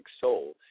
soul